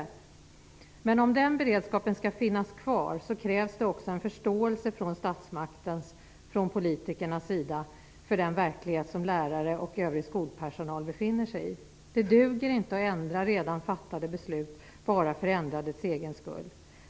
Men om den beredskapen skall finnas kvar krävs det också en förståelse från statsmaktens och politikernas sida för den verklighet som lärare och övrig skolpersonal befinner sig i. Det duger inte att ändra redan fattade beslut bara för ändrandets egen skull.